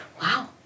wow